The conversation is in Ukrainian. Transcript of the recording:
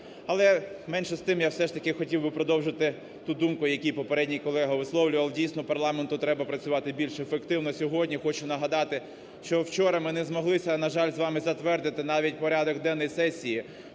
Але, менше з тим, я все ж таки хотів би продовжити ту думку, яку попередній колега висловлював. Дійсно парламенту треба працювати більш ефективно сьогодні. Хочу нагадати, що вчора ми не змоглися, на жаль, з вами затвердити навіть порядок денний сесії